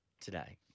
Today